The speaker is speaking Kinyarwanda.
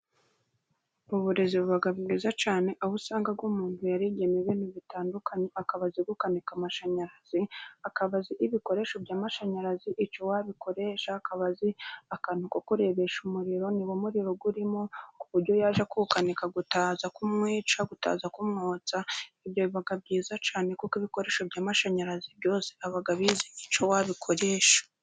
Uburezi buba bwiza cyane, aho usanga ko umuntu yarigiyemo ibintu bitandukanye. Akaba azi gukanika amashanyaraziba, akaba azi ibikoresho by'amashanyarazi icyo wabikoresha, akaba azi akantu ko kurebesha umuriro, niba umuriro urimo, ku buryo yaje kuwukanika utaza kumwica cyangwa kumwotsa. Ibyo biba byiza cyane kuko ibikoresho by'amashanyarazi byose aba abizi icyo wabikoresha.